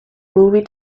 movie